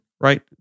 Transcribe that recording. right